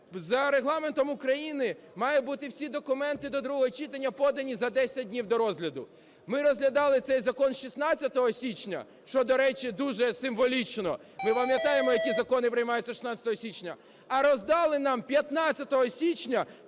за Регламентом України мають бути всі документи до другого читання подані за 10 днів до розгляду. Ми розглядали цей закон 16 січня, що, до речі, дуже символічно. Ми пам'ятаємо, які закони приймаються 16 січня. А роздали нам 15 січня